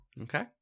Okay